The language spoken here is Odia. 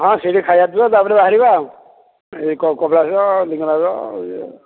ହଁ ସେଇଠି ଖାଇବା ପିଇବା ତା'ପରେ ବାହାରିବା ଆଉ ଏ କପିଳାସ ଲିଙ୍ଗରାଜ